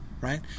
right